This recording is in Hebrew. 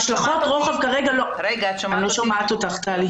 ענבל, את שומעת אותי?